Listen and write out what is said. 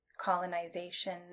colonization